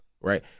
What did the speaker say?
right